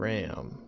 Ram